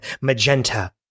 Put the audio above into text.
magenta